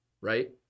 right